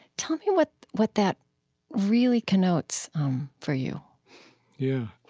tell me what what that really connotes for you yeah.